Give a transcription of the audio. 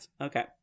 okay